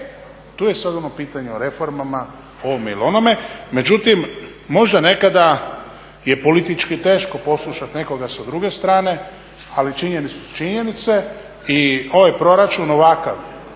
tu je sad ono pitanje o reformama, ovome ili onome, međutim možda nekada je politički teško poslušat nekoga sa druge strane ali činjenice su činjenice i ovaj proračun ovakav